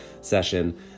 session